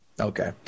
Okay